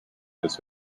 this